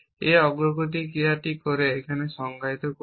এই অগ্রগতি ক্রিয়াটি করে এটিকে সংজ্ঞায়িত করুন